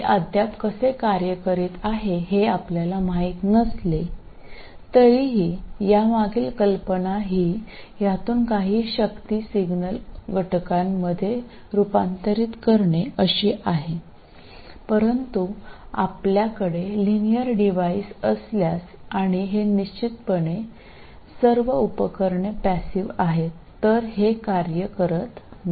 हे अद्याप कसे कार्य करीत आहे हे आपल्याला माहिती नसले तरीही यामागील कल्पना ही यातून काही शक्ती सिग्नल घटकामध्ये रूपांतरित करणे अशी आहे परंतु आपल्याकडे लिनियर डिव्हाइस असल्यास आणि हे निश्चितपणे सर्व उपकरणे पॅसिव आहेत तर हे कार्य करत नाही